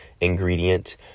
ingredient